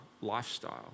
lifestyle